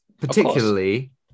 particularly